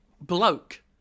bloke